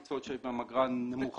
מקצועות שיש בהם אגרה נמוכה.